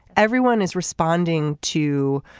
everyone is responding to